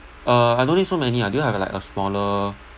uh I don't need so many ah do you have like a smaller